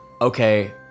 okay